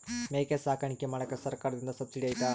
ಮೇಕೆ ಸಾಕಾಣಿಕೆ ಮಾಡಾಕ ಸರ್ಕಾರದಿಂದ ಸಬ್ಸಿಡಿ ಐತಾ?